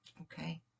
Okay